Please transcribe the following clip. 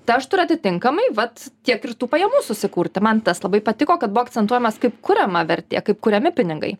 tai aš turiu ir atitinkamai vat tiek ir tų pajamų susikurti man tas labai patiko kad buvo akcentuojamas kaip kuriama vertė kaip kuriami pinigai